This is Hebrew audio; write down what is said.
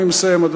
אני מסיים,